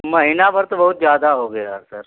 महीना भर तो बहुत ज्यादा हो गया सर